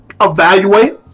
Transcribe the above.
evaluate